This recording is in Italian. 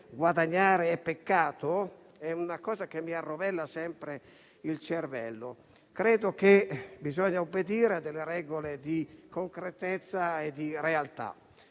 guadagnare è peccato? È una cosa che mi arrovella sempre il cervello. Credo che bisogna obbedire a regole di concretezza e realtà.